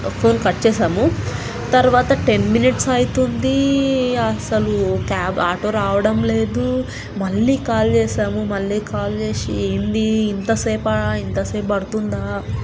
phone cut చేసాము తరువాత ten minutes అవుతుంది అసలు క్యాబ్ ఆటో రావడం లేదు మళ్ళీ కాల్ చేసాము మళ్ళీ కాల్ చేసి ఏంటి ఇంతసేపు ఇంతసేపు పడుతుందా